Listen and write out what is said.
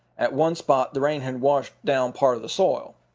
at one spot the rain had washed down part of the soil.